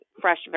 fresh